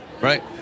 Right